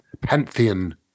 pantheon